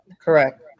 Correct